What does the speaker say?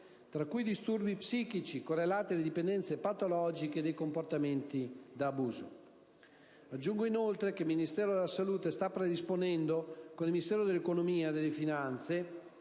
tra cui i disturbi psichici correlati alle dipendenze patologiche e i comportamenti da abuso. Aggiungo inoltre che il Ministero della salute sta predisponendo, con il Ministero dell'economia e delle finanze,